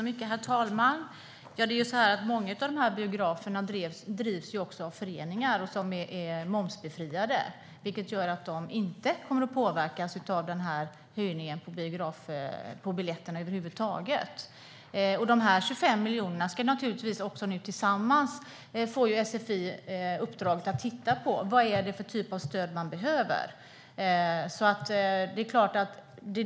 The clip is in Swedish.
Herr talman! Många av de här biograferna drivs av föreningar som är momsbefriade, vilket gör att de inte kommer att påverkas av höjningen på biljetterna över huvud taget. SFI får nu i uppdrag att titta på vilken typ av stöd som behövs.